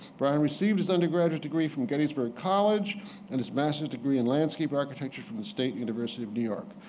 brian received his undergraduate degree from gettysburg college and his master's degree in landscape architecture from the state university of new york.